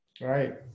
Right